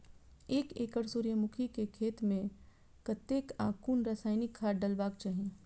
एक एकड़ सूर्यमुखी केय खेत मेय कतेक आ कुन रासायनिक खाद डलबाक चाहि?